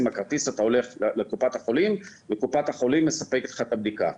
עם הכרטיס אתה הולך לקופת החולים וקופת החולים מספקת לך את הבדיקה.